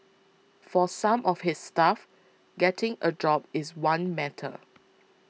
for some of his staff getting a job is one matter